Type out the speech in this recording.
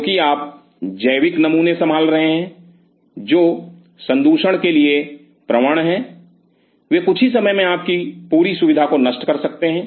क्योंकि आप जैविक नमूने संभाल रहे हैं जो संदूषण के लिए प्रवण हैं वे कुछ ही समय में आपकी पूरी सुविधा को नष्ट कर सकते हैं